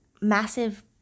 massive